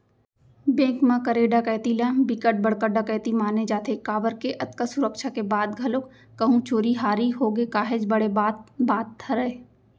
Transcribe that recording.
bank म करे डकैती ल बिकट बड़का डकैती माने जाथे काबर के अतका सुरक्छा के बाद घलोक कहूं चोरी हारी होगे काहेच बड़े बात बात हरय